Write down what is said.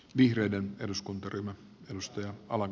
tehdään siitä myös totta